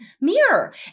mirror